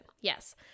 yes